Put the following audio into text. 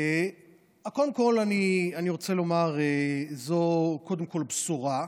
קודם כול אני רוצה לומר שזו קודם כול בשורה.